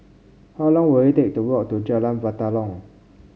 how long will it take to walk to Jalan Batalong